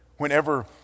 Whenever